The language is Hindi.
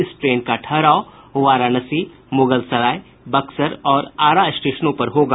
इस ट्रेन का ठहराव वाराणसी मुगलसराय बक्सर और आरा स्टेशनों पर होगा